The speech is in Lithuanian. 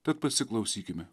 tad pasiklausykime